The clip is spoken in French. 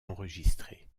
enregistrée